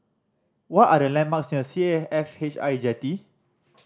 what are the landmarks near C A F H I Jetty